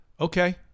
Okay